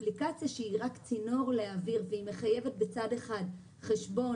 אפליקציה שהיא רק צינור להעביר והיא מחייבת בצד אחד חשבון